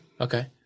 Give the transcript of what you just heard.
Okay